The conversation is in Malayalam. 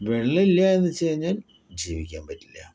വെള്ളമില്ലാന്ന് വെച്ച് കഴിഞ്ഞാൽ ജീവിക്കാൻ പറ്റില്ല